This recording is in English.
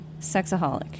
sexaholic